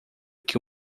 que